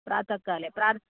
प्रात काले